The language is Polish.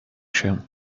się